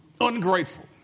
Ungrateful